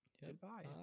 Goodbye